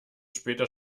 später